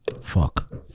Fuck